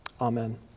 Amen